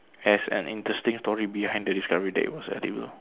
has an interesting story behind the discovery that it was edible